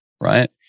right